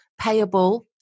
payable